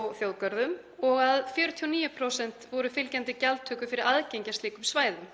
og að 49% voru fylgjandi gjaldtöku fyrir aðgengi að slíkum svæðum.